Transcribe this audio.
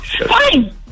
Fine